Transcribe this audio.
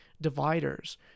dividers